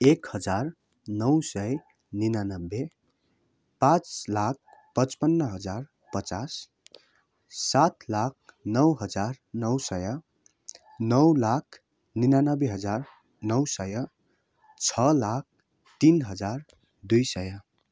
एक हजार नौ सय उनानब्बे पाँच लाख पचपन्न हजार पचास सात लाख नौ हजार नौ सय नौ लाख उनानब्बे हजार नौ सय छ लाख तिन हजार दुई सय